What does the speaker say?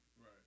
Right